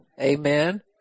amen